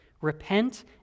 Repent